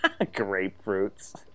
Grapefruits